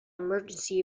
emergency